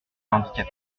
handicapait